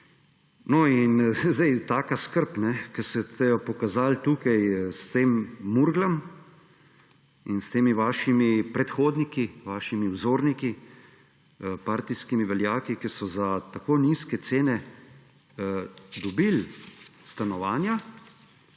in zdaj taka skrb, ki ste jo pokazali tukaj s temi Murglami in s temi vašimi predhodniki, vašimi vzorniki, partijskimi veljaki, ki so za tako nizke cene dobili stanovanja,